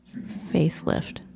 facelift